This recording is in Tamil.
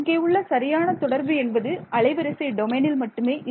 இங்கே உள்ள சரியான தொடர்பு என்பது அலைவரிசை டொமைனில் மட்டுமே இருக்கும்